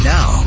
Now